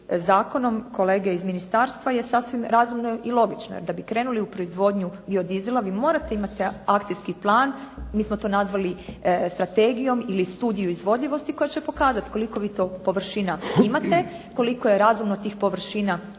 zakonom kolege iz ministarstva je sasvim razumno i logično jer da bi krenuli u proizvodnju biodizela, vi morate imati akcijski plan, mi smo to nazvali strategijom ili studiju izvodivosti koja će pokazati koliko vi to površina imate, koliko je razumno tih površina zasijati